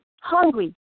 Hungry